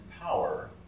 power